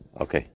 Okay